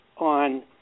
on